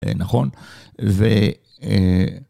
נכון.